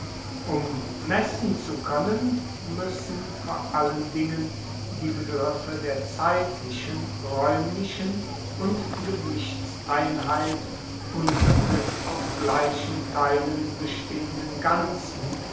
um messen zu koennen muessen vor allen dingen die begriffe der zeitlichen raeumlichen und gewichtseinheit und des aus gleichen teilen bestehenden ganzen